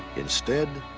instead,